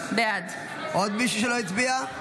בעד עוד מישהו שלא הצביע?